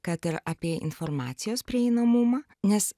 kad ir apie informacijos prieinamumą nes